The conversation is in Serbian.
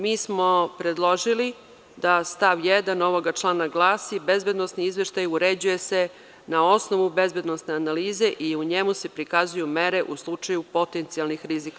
Mi smo predložili da stav 1. ovog člana glasi: „Bezbednosni izveštaj uređuje se na osnovu bezbednosne analize i u njemu se prikazuju mere u slučaju potencijalnih rizika“